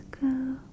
go